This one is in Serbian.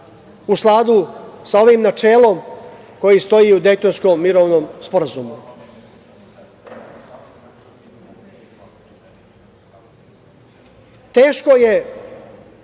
u skladu sa ovim načelom koji stoji u Dejtonskom mirovnom sporazumu. Teško je